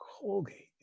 Colgate